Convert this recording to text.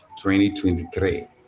2023